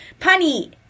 Punny